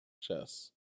Chess